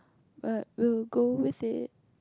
but we'll go with it